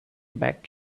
back